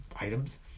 items